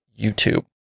YouTube